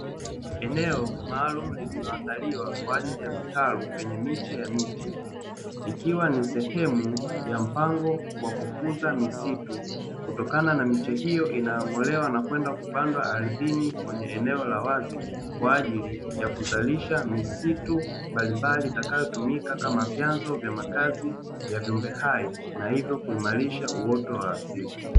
Eneo maalumu lililoandaliwa kwa ajili ya vitalu vyenye miche ya miti; ikiwa ni sehemu ya mpango wa kukuza msitu, kutokana na miche hiyo inayong'olewa na kwenda kupanda ardhini kwenye eneo la wazi, kwa ajili ya kuzalisha misitu mbalimbali itakayotumika kama vyanzo vya makazi ya viumbe hai na hivyo kuimarisha uoto wa asili.